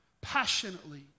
passionately